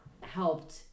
helped